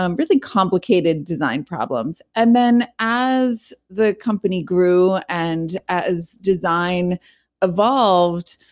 um really complicated design problems and then as the company grew, and as design evolved,